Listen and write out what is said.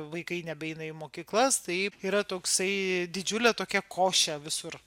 vaikai nebeina į mokyklas taip yra toksai didžiulė tokia košė visur